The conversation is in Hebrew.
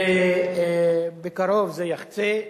ובקרוב זה יחצה,